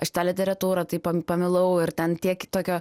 aš tą literatūrą taip pamilau ir ten tiek tokio